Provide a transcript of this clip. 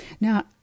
Now